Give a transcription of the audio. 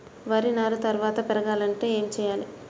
వరి నారు త్వరగా పెరగాలంటే ఏమి చెయ్యాలి?